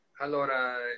Allora